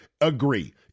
agree